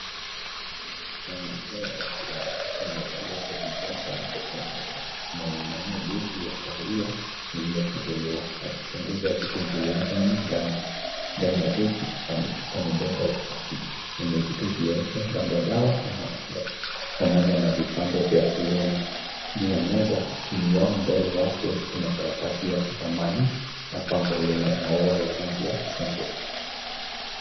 Tunaona mzee wakiwa wamevalia koti jeupe ama wamevalia koti jeupe limefunguliwa. Akichunguza vitu vilivyomo ndani, ndani ya begi ya mifuko midogo ya plastiki yenye vitu vyeupe labda dawa ama unga pamoja na vibande huwele . Juu ya meza iliyomo mbele yake kuna karatasi samani pambo yenye rangi ya chungwa.